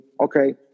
Okay